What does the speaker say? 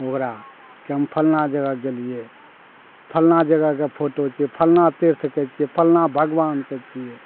ओकरा कि हम फलना जगह गेलियै फलना जगहके फोटो छियै फलना तीर्थ के छियै फलना भगवानके छियै